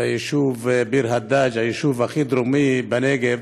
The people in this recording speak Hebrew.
ביישוב ביר הדאג', היישוב הכי דרומי בנגב.